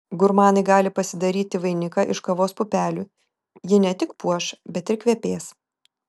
gurmanai gali pasidaryti vainiką iš kavos pupelių ji ne tik puoš bet ir kvepės